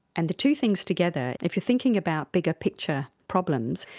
and the two things together, if you're thinking about bigger-picture problems,